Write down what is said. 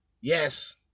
Yes